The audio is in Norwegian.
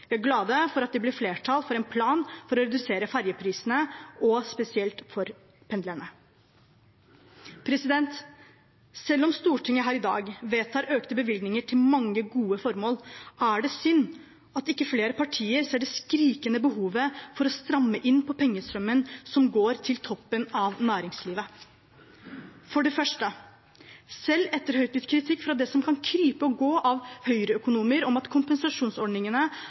Vi er glad for at det ble flertall for en plan for å redusere ferjeprisene, spesielt for pendlerne. Selv om Stortinget her i dag vedtar økte bevilgninger til mange gode formål, er det synd at ikke flere partier ser det skrikende behovet for å stramme inn på pengestrømmen som går til toppen av næringslivet. For det første: Selv etter høylytt kritikk fra det som kan krype og gå av Høyre-økonomer om at kompensasjonsordningene